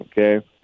Okay